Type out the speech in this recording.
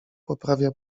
poprawia